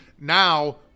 Now